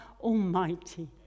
Almighty